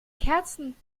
kerzen